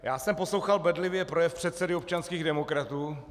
Já jsem poslouchal bedlivě projev předsedy občanských demokratů.